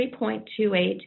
3.28